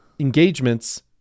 Engagements